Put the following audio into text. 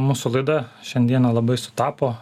mūsų laida šiandien labai sutapo